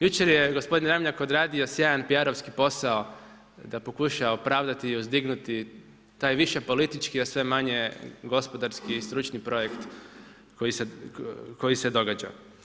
Jučer je gospodin Ramljak odradio sjajan PR-ovski posao da pokuša opravdati i uzdignuti taj više politički a sve manje gospodarski i stručni projekt koji se događa.